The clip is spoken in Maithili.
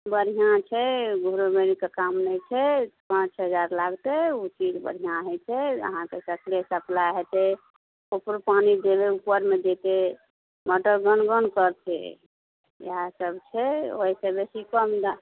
बढ़िऑं छै घुरबै के काम नहि छै पाँच हजार लागतै ओ चीज बढ़िऑं होइ छै अहाँके सगरे सप्लाइ हेतै ऊपरो पानि देबै ऊपरमे जेतै मोटर गण गण करतै इहए सब छै ओहिसे बेसी कम दाम